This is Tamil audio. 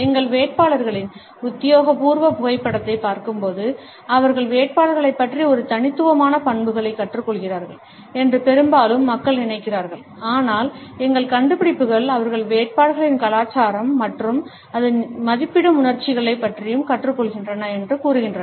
எங்கள் வேட்பாளர்களின் உத்தியோகபூர்வ புகைப்படத்தைப் பார்க்கும்போது அவர்கள் வேட்பாளர்களைப் பற்றி ஒரு தனித்துவமான பண்புகளைக் கற்றுக்கொள்கிறார்கள் என்று பெரும்பாலும் மக்கள் நினைக்கிறார்கள் ஆனால் எங்கள் கண்டுபிடிப்புகள் அவர்கள் வேட்பாளர்களின் கலாச்சாரம் மற்றும் அது மதிப்பிடும் உணர்ச்சிகளைப் பற்றியும் கற்றுக்கொள்கின்றன என்று கூறுகின்றன